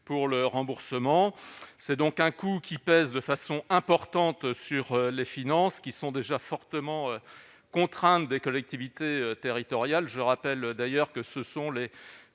pour le remboursement, c'est donc un coût qui pèsent de façon importante sur les finances qui sont déjà fortement contraintes des collectivités territoriales, je rappelle d'ailleurs que ce sont les